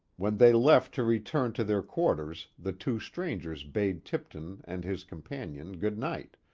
when they left to return to their quarters, the two strangers bade tipton and his companion goodnight,